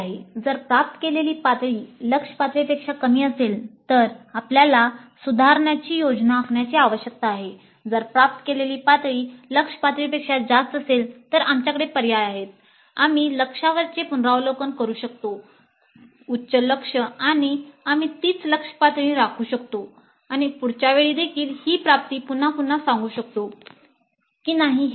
जर प्राप्त केलेली पातळी लक्ष्य पातळीपेक्षा कमी असेल तर आपल्याला सुधारणाची योजना आखण्याची आवश्यकता आहे जर प्राप्त केलेली पातळी लक्ष्य पातळीपेक्षा जास्त असेल तर आमच्याकडे पर्याय आहे आम्ही लक्ष्यावरचे पुनरावलोकन करू शकतो उच्च लक्ष्य किंवा आम्ही तीच लक्ष्य पातळी राखू शकतो आणि पुढच्या वेळी देखील ही प्राप्ती पुन्हा पुन्हा सांगू शकतो की नाही ते पाहू